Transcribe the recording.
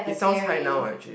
it sounds high now ah actually